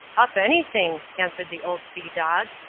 up anything, answered the old sea dog,